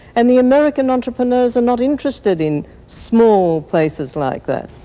and the american entrepreneurs are not interested in small places like that.